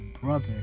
brother